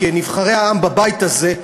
נבחרי העם בבית הזה,